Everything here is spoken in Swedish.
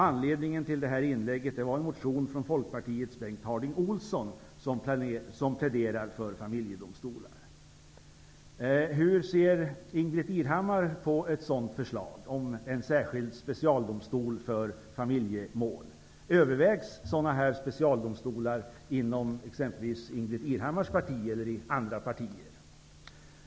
Anledningen till detta inlägg var en motion från Hur ser Ingbritt Irhammar på ett sådant förslag om en särskild specialdomstol för familjemål? Övervägs sådana specialdomstolar inom t.ex. Ingbritt Irhammars parti eller inom andra partier?